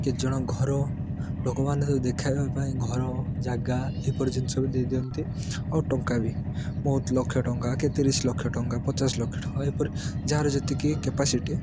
କେତଜଣ ଘର ଲୋକମାନେ ସବୁ ଦେଖେଇବା ପାଇଁ ଘର ଜାଗା ଏପରି ଜିନିଷ ବି ଦେଇଦିଅନ୍ତି ଆଉ ଟଙ୍କା ବି ବହୁତ ଲକ୍ଷ ଟଙ୍କା କି ତିରିଶଲକ୍ଷ ଟଙ୍କା କି ପଚାଶଲକ୍ଷ ଟଙ୍କା ଏପରି ଯାହାର ଯେତିକି କେପାସିଟି